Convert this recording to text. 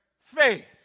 faith